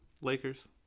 Lakers